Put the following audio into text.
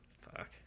Fuck